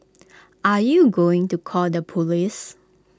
are you going to call the Police